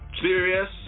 Serious